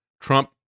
Trump